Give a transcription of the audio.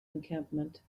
encampment